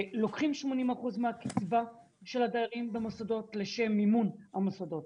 לוקחים 80% מהקצבה של הדיירים במוסדות לשם מימון המוסדות.